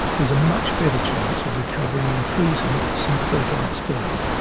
there's a much better chance of recovering and freezing some fertile sperm.